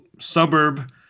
suburb